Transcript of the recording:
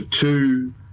two